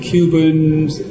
Cubans